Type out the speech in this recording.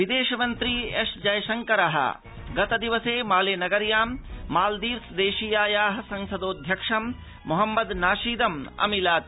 विदेशमन्त्री एसजयशंकर गतिदवसे माले नगर्यां मालदीव्स देशीयाया संसदोऽध्यक्षं मोहम्मद नाशीदम् अमिलत्